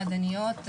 מועדוניות,